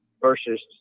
Versus